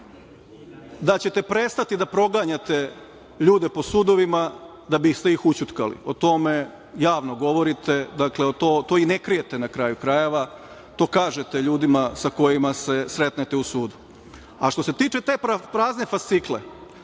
da ćete prestati da proganjate ljude po sudovima, da biste ih ućutkali. O tome javno govorite, dakle, to i ne krijete na kraju krajeva, to kažete ljudima sa kojima se sretnete u sudu. Što se tiče te prazne fascikle,